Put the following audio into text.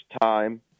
time